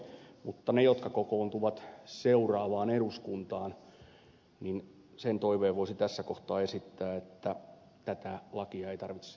mutta niille jotka kokoontuvat seuraavaan eduskuntaan sen toiveen voisi tässä kohtaa esittää että tätä lakia ei tarvitse